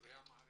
דוברי אמהרית,